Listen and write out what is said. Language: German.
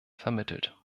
vermittelt